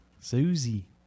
Susie